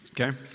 okay